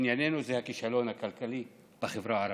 ענייננו זה הכישלון הכלכלי בחברה הערבית.